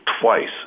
twice